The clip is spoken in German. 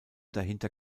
dahinter